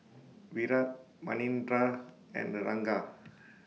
Virat Manindra and Ranga